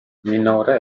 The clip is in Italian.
minore